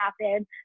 happen